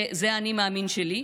זה האני-מאמין שלי.